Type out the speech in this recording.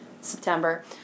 September